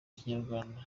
kinyarwanda